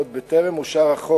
עוד בטרם אושר החוק